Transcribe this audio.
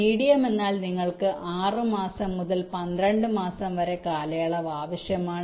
medium എന്നാൽ നിങ്ങൾക്ക് 6 മാസം മുതൽ 12 മാസം വരെ കാലയളവ് ആവശ്യമാണ്